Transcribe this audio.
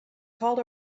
called